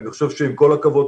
אני חושב שעם כל הכבוד,